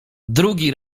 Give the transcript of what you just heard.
drugi